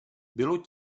bylo